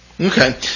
Okay